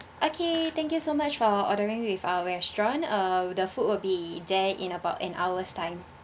okay thank you so much for ordering with our restaurant uh the food will be there in about an hour's time